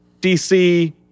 DC